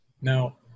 Now